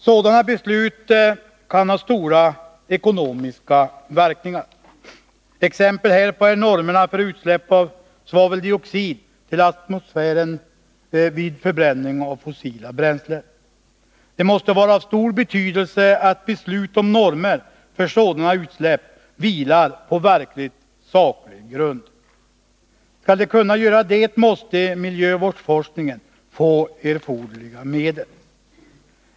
Sådana beslut kan ha stora ekonomiska verkningar. Exempel härpå är normerna för utsläpp av svaveldioxid till atmosfären vid förbränning av fossila bränslen. Det måste vara av stor betydelse att beslut om normer för sådana utsläpp vilar på verkligt saklig grund. För att de skall kunna göra det måste miljövårdsforskningen få erforderliga medel.